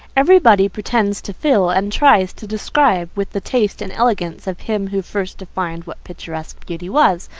every body pretends to feel and tries to describe with the taste and elegance of him who first defined what picturesque beauty was.